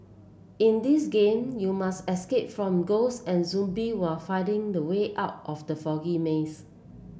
in this game you must escape from ghost and zombie while finding the way out of the foggy maze